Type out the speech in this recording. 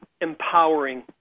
empowering